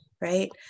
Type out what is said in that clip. right